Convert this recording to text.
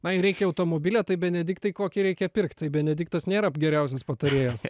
na jei reikia automobilio tai benediktai kokį reikia pirkt tai benediktas nėra geriausias patarėjas